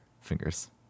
fingers